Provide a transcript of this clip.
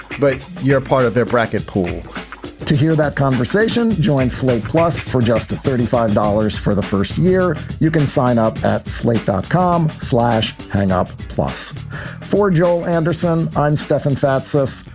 but you're part of their bracket pool to hear that conversation join slate plus four just to thirty five dollars for the first year. you can sign up at slate dot com slash hang up. plus for joe anderson on stefan fatsis,